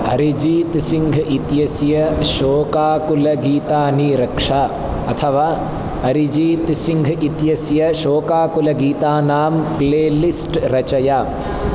अरिजीत् सिङ्घ् इत्यस्य शोकाकुलगीतानि रक्ष अथवा अरिजीत् सिङ्घ् इत्यस्य शोकाकुलगीतानां प्लेलिस्ट् रचय